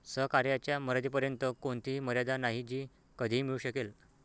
सहकार्याच्या मर्यादेपर्यंत कोणतीही मर्यादा नाही जी कधीही मिळू शकेल